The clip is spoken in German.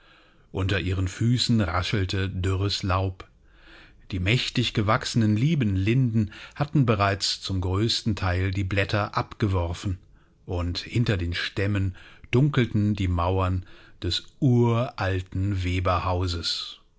unter ihren füßen raschelte dürres laub die mächtig gewachsenen lieben linden hatten bereits zum größten teil die blätter abgeworfen und hinter den stämmen dunkelten die mauern des uralten weberhauses